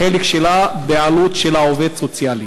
החלק שלה בעלות של עובד סוציאלי.